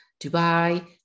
Dubai